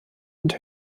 und